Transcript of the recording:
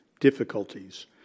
difficulties